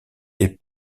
est